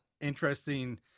interesting